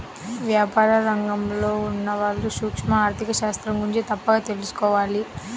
వ్యాపార రంగంలో ఉన్నవాళ్ళు సూక్ష్మ ఆర్ధిక శాస్త్రం గురించి తప్పక తెలుసుకోవాలి